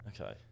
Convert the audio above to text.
okay